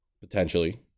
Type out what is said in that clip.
Potentially